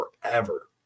forever